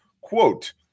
quote